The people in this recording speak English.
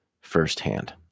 firsthand